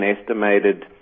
estimated